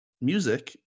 music